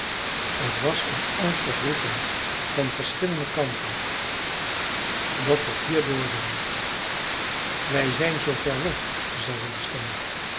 t was een angstig roepen van verschillende kanten dat tot hier doordrong wij zijn zoo ver weg zeiden de stemmen